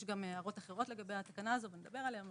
יש גם הערות אחרות לגבי התקנה הזאת ואולי עוד נדבר עליהן